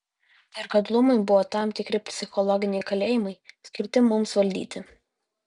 ir kad luomai buvo tam tikri psichologiniai kalėjimai skirti mums valdyti